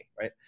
right